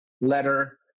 letter